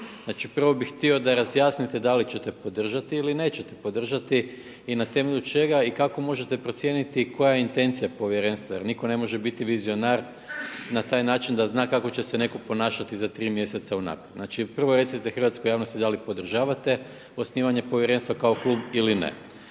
Znači prvo bi htio da razjasnite da li ćete podržati ili nećete podržati i na temelju čega i kako možete procijeniti koja je intencija povjerenstva jer niko ne može biti vizionar na taj način da zna kako će se neko ponašati za tri mjeseca unaprijed. Znači prvo recite hrvatskoj javnosti da li podržavate osnivanje povjerenstva kao klub ili ne.